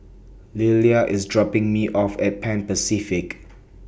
Lelia IS dropping Me off At Pan Pacific